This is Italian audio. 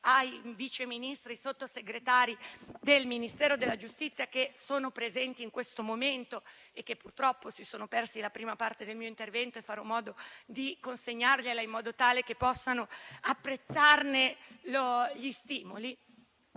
al Vice Ministro e Sottosegretario della giustizia che sono presenti in questo momento e che purtroppo si sono persi la prima parte del mio intervento, ma farò modo di consegnargliela, in modo tale che possano apprezzarne gli stimoli: